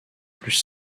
plus